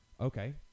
Okay